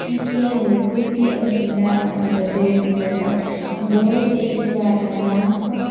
की ते लोकूय ती अस्मिताय आपणावपाचो यत्न करतात दर एक वाटारांत